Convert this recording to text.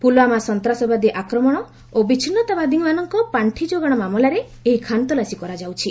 ପୁଲ୍ୱାମା ସନ୍ତାସବାଦୀ ଆକ୍ରମଣ ଓ ବିଚ୍ଛିନ୍ନତାବାଦୀମାନଙ୍କ ପାର୍ଷି ଯୋଗାଣ ମାମଲାରେ ଏହି ଖାନତଲାସୀ କରାଯାଉଛି